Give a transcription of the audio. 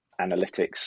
analytics